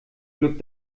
glück